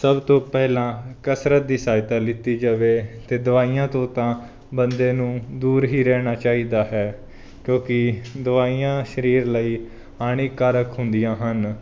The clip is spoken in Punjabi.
ਸਭ ਤੋਂ ਪਹਿਲਾਂ ਕਸਰਤ ਦੀ ਸਹਾਇਤਾ ਲਿੱਤੀ ਜਾਵੇ ਅਤੇ ਦਵਾਈਆਂ ਤੋਂ ਤਾਂ ਬੰਦੇ ਨੂੰ ਦੂਰ ਹੀ ਰਹਿਣਾ ਚਾਹੀਦਾ ਹੈ ਕਿਉਂਕਿ ਦਵਾਈਆਂ ਸਰੀਰ ਲਈ ਹਾਨੀਕਾਰਕ ਹੁੰਦੀਆਂ ਹਨ